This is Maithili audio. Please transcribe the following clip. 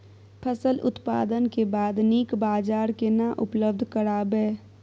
फसल उत्पादन के बाद नीक बाजार केना उपलब्ध कराबै?